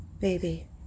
Baby